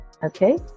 Okay